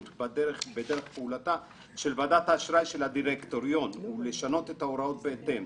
בדרך פעולתה של ועדת האשראי של הדירקטוריון ולשנות את ההוראות בהתאם.